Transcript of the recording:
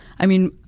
i mean,